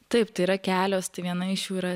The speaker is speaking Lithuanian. taip tai yra kelios tai viena iš jų yra